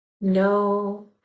no